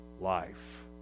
life